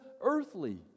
earthly